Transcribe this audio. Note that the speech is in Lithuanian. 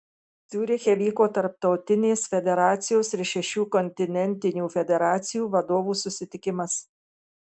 ciuriche vyko tarptautinės federacijos ir šešių kontinentinių federacijų vadovų susitikimas